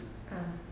ah